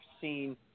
seen